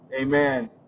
Amen